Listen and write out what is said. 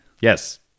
Yes